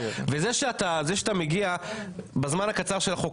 וזה שאתה זה שאתה מגיע בזמן הקצר של החוק